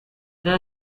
there